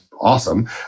awesome